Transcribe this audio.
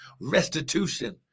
Restitution